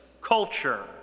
culture